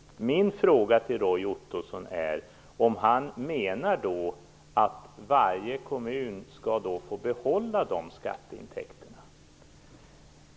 Min fråga till Roy Ottosson är: Menar Roy Ottosson att varje kommun skall få behålla dessa skatteintäkter?